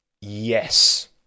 Yes